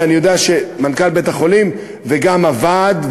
ואני יודע שמנכ"ל בית-החולים וגם הוועד,